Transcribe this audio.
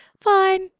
Fine